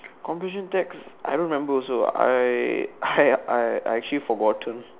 comprehension text I don't remember also I I I actually forgotten